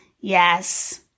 yes